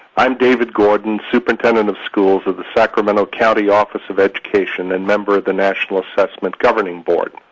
i am david gordon, superintendent of schools of the sacramento county office of education and member of the national assessment governing board.